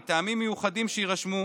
מטעמים מיוחדים שיירשמו,